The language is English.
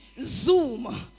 Zoom